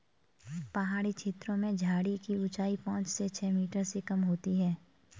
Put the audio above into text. पहाड़ी छेत्रों में झाड़ी की ऊंचाई पांच से छ मीटर से कम होती है